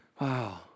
Wow